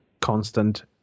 constant